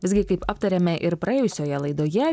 visgi kaip aptarėme ir praėjusioje laidoje